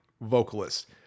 vocalist